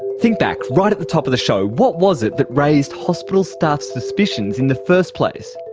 think back, right at the top of the show, what was it that raised hospital staff suspicions in the first place?